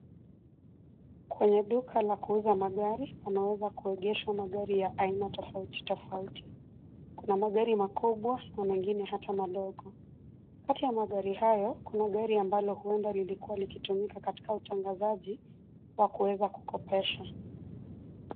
Kwenye duka la kuuza magari, pameweza kuegeshwa magari ya aina tofauti, tofauti. Kuna magari makubwa na mengine hata madogo. Kati ya magari hayo kuna gari ambalo huenda lilikua likitumika katika utangazaji wa kuweza kukopesha.